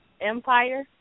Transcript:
Empire